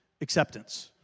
acceptance